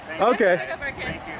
Okay